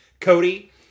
Cody